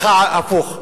סליחה, הפוך: